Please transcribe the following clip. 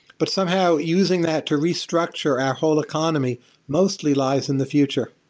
but somehow, using that to restructure our whole economy mostly lies in the future.